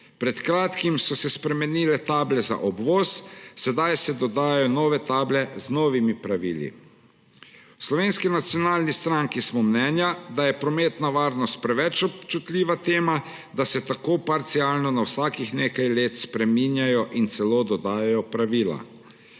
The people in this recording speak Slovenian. Pred kratkim so se spremenile table za obvoz, sedaj se dodajajo nove table z novimi pravili. V Slovenski nacionalni stranki smo mnenja, da je prometna varnost preveč občutljiva tema, da se tako parcialno na vsakih nekaj let spreminjajo in celo dodajajo pravila.